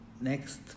next